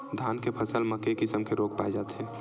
धान के फसल म के किसम के रोग पाय जाथे?